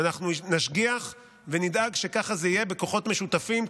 ואנחנו נשגיח ונדאג שככה זה יהיה בכוחות משותפים,